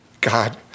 God